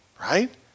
right